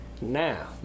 Now